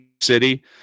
city